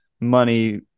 money